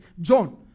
John